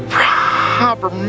proper